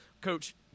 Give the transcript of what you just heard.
Coach